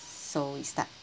so we start